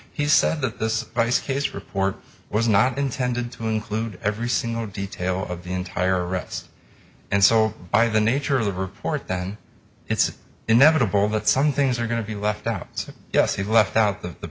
he said that this vice case report was not intended to include every single detail of the entire arrest and so by the nature of the report then it's inevitable that some things are going to be left out so yes he left out